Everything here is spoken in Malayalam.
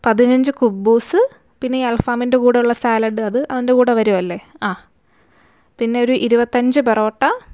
പതിനഞ്ച് കുബ്ബൂസ് പിന്നെ ഈ അല്ഫാമിന്റെ കൂടെ ഉള്ള സാലഡ് അത് അതിന്റെ കൂടെ വരുമല്ലെ ആ പിന്നെ ഒരു ഇരുപത്തഞ്ച് പെറോട്ട